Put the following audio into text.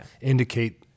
indicate